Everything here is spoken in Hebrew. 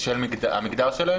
בשל המגדר שלהם.